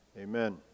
Amen